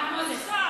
הרב מוזס,